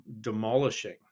demolishing